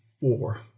Four